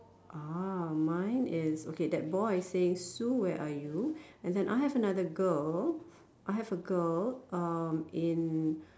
ah mine is okay that boy is saying Sue where are you and then I have another girl I have a girl uh in